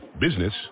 Business